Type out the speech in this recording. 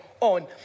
on